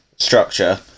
structure